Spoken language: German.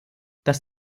dass